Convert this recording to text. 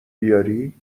بیاری